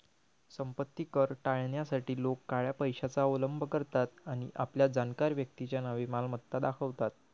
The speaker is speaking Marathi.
संपत्ती कर टाळण्यासाठी लोक काळ्या पैशाचा अवलंब करतात आणि आपल्या जाणकार व्यक्तीच्या नावे मालमत्ता दाखवतात